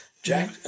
jack